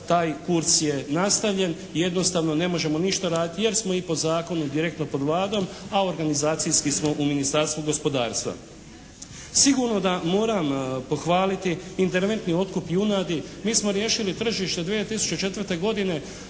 taj kurs je nastavljen. Jednostavno ne možemo ništa raditi jer smo i po zakonu direktno pod Vladom, a organizacijski smo u Ministarstvu gospodarstva. Sigurno da moram pohvaliti interventni otkup junadi. Mi smo riješili tržište 2004. godine